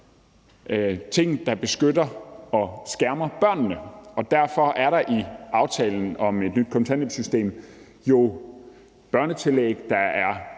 ting, der beskytter og skærmer børnene. Derfor er der jo i aftalen om et nyt kontanthjælpssystem et børnetillæg, der er